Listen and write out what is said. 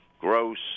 Gross